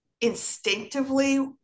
instinctively